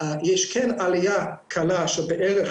יש כן עליה קלה של בערך